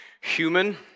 human